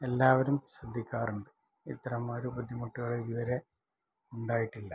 എല്ലാവരും ശ്രദ്ധിക്കാറുണ്ട് ഇത്തരം ഒരു ബുദ്ധിമുട്ടുകൾ ഇതുവെരെ ഉണ്ടായിട്ടില്ല